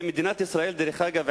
דרך אגב,